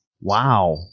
Wow